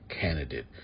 candidate